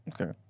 Okay